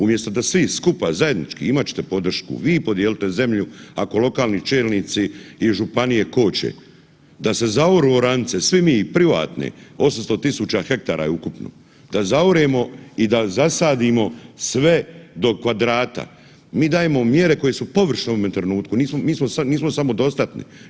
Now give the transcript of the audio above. Umjesto da svi skupa zajednički, imat ćete podršku, vi podijelite zemlju ako lokalni čelnici i županije koče, da se zaoru oranice, svi mi privatni, 800.000 hektara je ukupno, da zaorimo i da zasadimo sve do kvadrata, mi dajemo mjere koje su površne u ovome trenutku, nismo samodostatni.